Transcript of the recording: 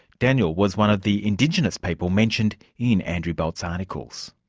daniel was one of the indigenous people mentioned in andrew bolt's articles.